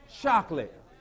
Chocolate